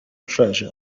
treasure